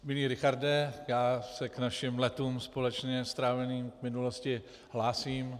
Milý Richarde, já se k našim letům společně stráveným v minulosti hlásím.